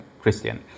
Christian